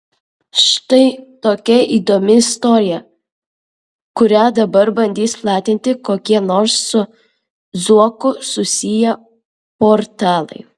štai tokia įdomi istorija kurią dabar bandys platinti kokie nors su zuoku susiję portalai